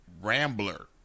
Rambler